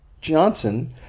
Johnson